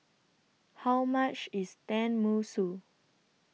How much IS Tenmusu